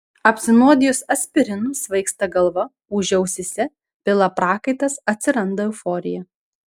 apsinuodijus aspirinu svaigsta galva ūžia ausyse pila prakaitas atsiranda euforija